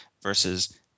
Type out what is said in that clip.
versus